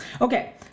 Okay